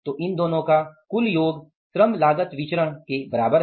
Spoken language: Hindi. तो इन दोनों का कुल योग श्रम लागत विचरण के बराबर है